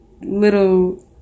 little